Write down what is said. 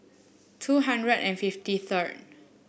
two hundred and fifty third